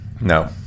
No